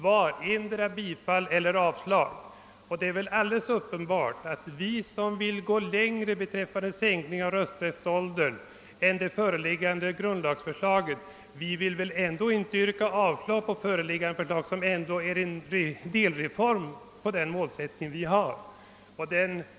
Vi som vill gå längre beträffande sänkning av rösträttsåldern än vad grundlagsändringen innebär ville inte yrka avslag på grundlagförslaget, eftersom det dock innebar en delreform i riktning mot det mål vi vill uppnå.